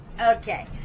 Okay